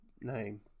name